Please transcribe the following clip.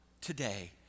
today